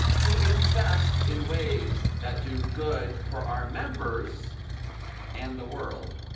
to invest in ways that do good for our members and the world,